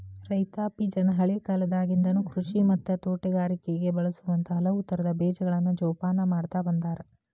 ರೈತಾಪಿಜನ ಹಳೇಕಾಲದಾಗಿಂದನು ಕೃಷಿ ಮತ್ತ ತೋಟಗಾರಿಕೆಗ ಬಳಸುವಂತ ಹಲವುತರದ ಬೇಜಗಳನ್ನ ಜೊಪಾನ ಮಾಡ್ತಾ ಬಂದಾರ